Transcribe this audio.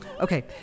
Okay